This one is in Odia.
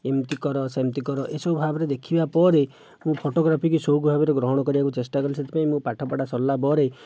ଏମିତି କର ସେମିତି କର ଏସବୁ ଭାବରେ ଦେଖିବା ପରେ ମୁଁ ଫୋଟୋଗ୍ରାଫୀକୁ ସଉକ ଭାବରେ ଗ୍ରହଣ କରିବାକୁ ଚେଷ୍ଟା କଲି ସେଥିପାଇଁ ମୋ' ପାଠପଢ଼ା ସରିଲା ପରେ